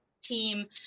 team